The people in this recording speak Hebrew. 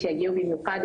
שהגיעו אלינו במיוחד,